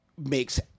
makes